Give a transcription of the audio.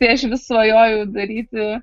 tai aš vis svajoju daryti